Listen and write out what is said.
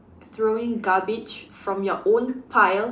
throwing garbage from your own pile